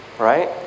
Right